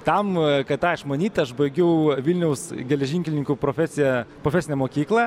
tam kad tą išmanyt aš baigiau vilniaus geležinkelininkų profesiją profesinę mokyklą